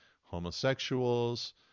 Homosexuals